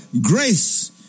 Grace